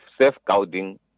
safeguarding